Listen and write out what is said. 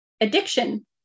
Addiction